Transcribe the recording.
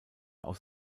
aus